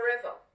forever